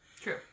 True